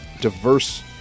diverse